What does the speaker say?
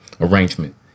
arrangement